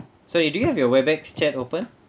so you do you have your Webex chat open